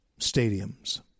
stadiums